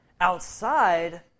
Outside